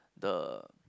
the